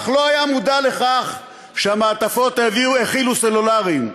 אבל לא היה מודע לכך שהמעטפות הכילו סלולריים.